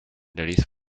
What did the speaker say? nariz